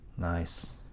nice